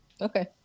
Okay